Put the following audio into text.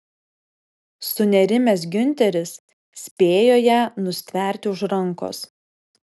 sunerimęs giunteris spėjo ją nustverti už rankos